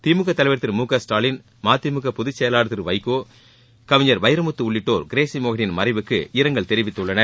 தலைவர் திரு ஸ்டாலின் மதிமுக பொதுச்செயலாளர் திமுக திரு வைகோ கவிஞர் வைரமுத்து உள்ளிட்டோர் கிரேஸி மோகனின் மறைவுக்கு இரங்கல் தெரிவித்துள்ளனர்